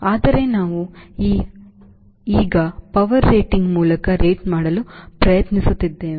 ಆದರೆ ನಾವು ಈಗ power rating ಮೂಲಕ ರೇಟ್ ಮಾಡಲು ಪ್ರಯತ್ನಿಸುತ್ತಿದ್ದೇವೆ